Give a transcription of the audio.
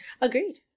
agreed